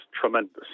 tremendous